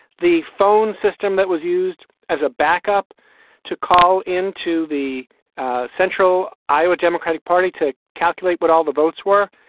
the phone system that was used as a backup to call into the central iowa democratic party to calculate what all the votes were.